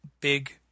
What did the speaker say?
big